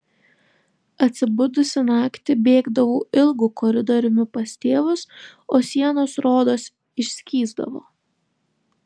atsibudusi naktį bėgdavau ilgu koridoriumi pas tėvus o sienos rodos išskysdavo